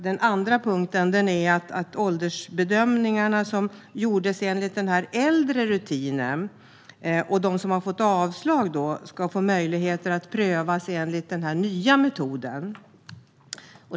Den andra punkten är att de som åldersbedömdes enligt den äldre rutinen och fått avslag ska få möjlighet att prövas enligt den nya metoden.